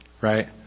Right